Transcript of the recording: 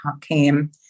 came